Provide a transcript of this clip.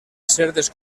certes